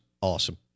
awesome